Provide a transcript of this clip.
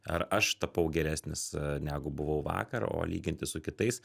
ar aš tapau geresnis negu buvau vakar o lygintis su kitais